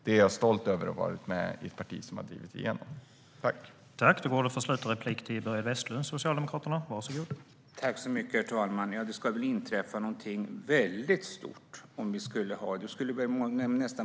Jag är stolt över att vara med i ett parti som har drivit igenom det.